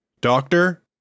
Doctor